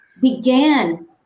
began